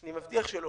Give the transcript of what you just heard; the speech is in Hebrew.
אני מבטיח שלא.